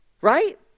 Right